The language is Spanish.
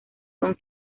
son